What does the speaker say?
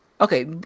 Okay